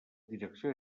direcció